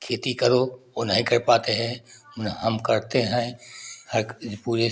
खेती करो वो नहीं कर पाते हैं हम करते हैं पूरे